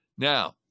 Now